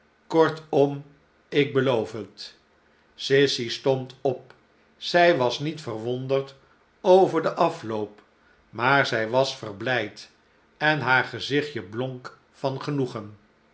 kortom ik beloof het sissy stond op zij was niet verwonderd over den afloop maar zij was verblijd en haar gezichtje blonk van genoegen